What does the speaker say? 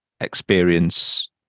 experience